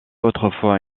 autrefois